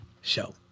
show